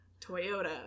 Toyota